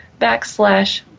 backslash